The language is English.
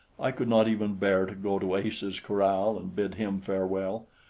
i could not even bear to go to ace's corral and bid him farewell.